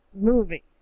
movie